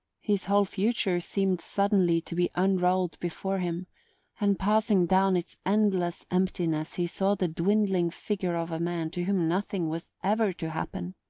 his whole future seemed suddenly to be unrolled before him and passing down its endless emptiness he saw the dwindling figure of a man to whom nothing was ever to happen.